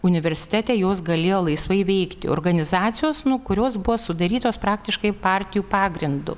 universitete jos galėjo laisvai veikti organizacijos nu kurios buvo sudarytos praktiškai partijų pagrindu